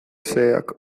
xeheak